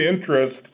interest